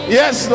yes